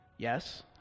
Yes